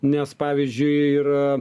nes pavyzdžiui ir